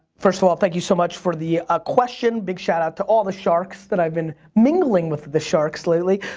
first of all thank you so much for the ah question. big shout out to all the sharks that i've been, mingling with the sharks lately.